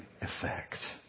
effect